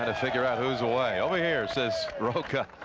ah figure out who's away over here says rocca.